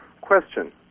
question